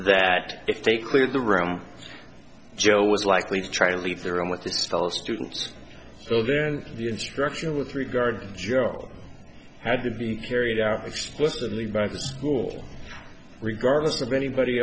that if they cleared the room joe was likely to try to leave the room with this fellow students still there and the instruction with regards joel had to be carried out explicitly by the school regardless of anybody